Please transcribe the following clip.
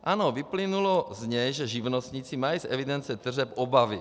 Ano, vyplynulo z něj, že živnostníci mají z evidence tržeb obavy.